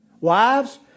Wives